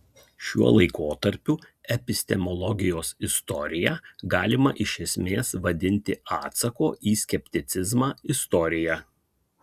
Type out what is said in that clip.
šiuo laikotarpiu epistemologijos istoriją galima iš esmės vadinti atsako į skepticizmą istorija